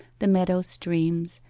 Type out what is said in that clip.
the meadow streams,